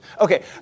Okay